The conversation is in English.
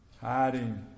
hiding